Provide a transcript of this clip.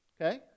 Okay